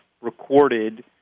recorded